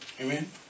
Amen